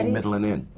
and middle and end.